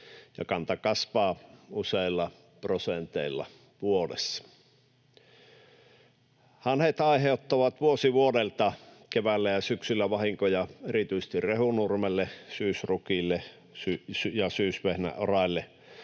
ja kanta kasvaa useilla prosenteilla vuodessa. Hanhet aiheuttavat vuosi vuodelta keväällä ja syksyllä vahinkoja erityisesti rehunurmelle, syysrukiille ja syysvehnän oraille.